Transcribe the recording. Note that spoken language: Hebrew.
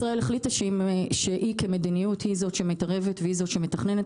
ישראל החליטה שכמדיניות היא זו שמתערבת והיא זו שמתכננת,